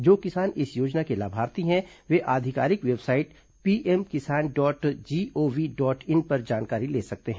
जो किसान इस योजना के लाभार्थी हैं वे आधिकारिक website PM Kisan dot GOV dot in पर जानकारी ले सकते हैं